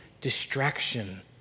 distraction